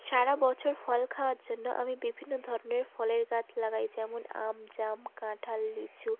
সারা বছর ফল খাওয়ার জন্য আমি বিভিন্ন ধরনের ফলের গাছ লাগাই যেমন আম জাম কাঁঠাল লিচু